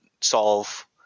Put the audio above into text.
solve